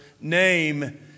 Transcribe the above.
name